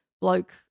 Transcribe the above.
bloke